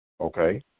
Okay